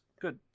Good